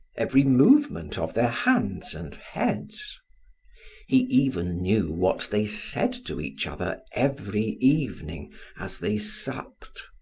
every movement of their hands and heads he even knew what they said to each other every evening as they supped.